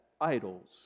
idols